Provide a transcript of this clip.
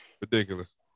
ridiculous